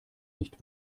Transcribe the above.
nicht